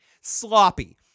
Sloppy